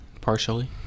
partially